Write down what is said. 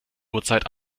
uhrzeit